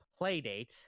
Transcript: Playdate